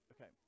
okay